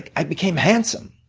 i became handsome.